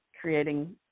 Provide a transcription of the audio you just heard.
creating